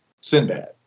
Sinbad